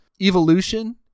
evolution